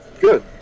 Good